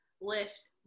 lift